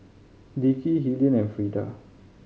Dickie Hilliard and Freeda